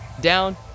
down